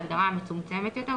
ההגדרה המצומצמת יותר,